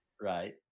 Right